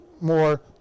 more